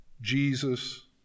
Jesus